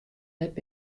net